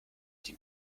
die